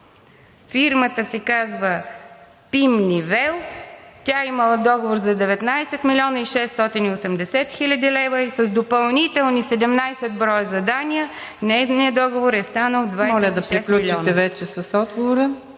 фирмата се казва ПИМ НИВЕЛ, тя е имала договор за 19 млн. 680 хил. лв. – с допълнителни 17 броя задания нейният договор е станал 26 милиона.